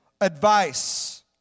advice